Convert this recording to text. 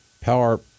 Power